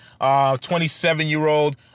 27-year-old